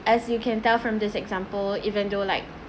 as you can tell from this example even though like